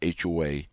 HOA